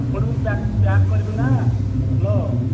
ପୁଣି ପ୍ୟାକ୍ କରିବୁ ନା ହ୍ୟାଲୋ